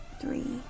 three